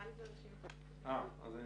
אז אני